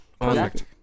Perfect